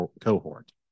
cohort